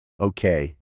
Okay